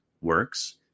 works